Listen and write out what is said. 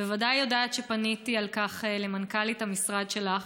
את בוודאי יודעת שפניתי על כך למנכ"לית המשרד שלך,